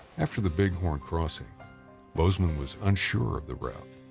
after the bighorn crossing bozeman was unsure of the route.